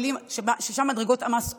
שם מדרגות המס עולות,